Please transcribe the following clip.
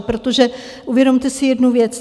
Protože uvědomte si jednu věc.